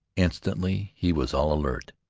instantly he was all alert.